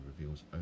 reveals